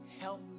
help